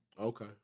Okay